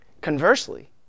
Conversely